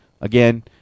Again